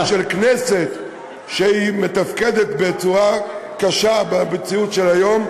ושל כנסת שמתפקדת בצורה קשה במציאות של היום,